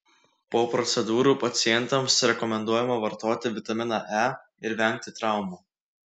po procedūrų pacientams rekomenduojama vartoti vitaminą e ir vengti traumų